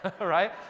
right